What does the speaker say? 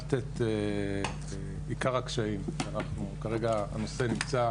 ציינת את עיקר הקשיים שאנחנו, כרגע הנושא נמצא